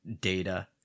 data